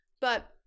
But-